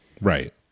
Right